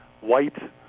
white